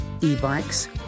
e-bikes